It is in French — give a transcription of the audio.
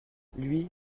lui